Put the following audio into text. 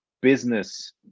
business